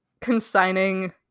consigning